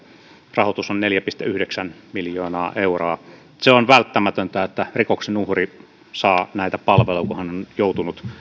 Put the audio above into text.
rahoitus on neljä pilkku yhdeksän miljoonaa euroa on välttämätöntä että rikoksen uhri saa näitä palveluja kun hän on joutunut